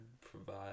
provide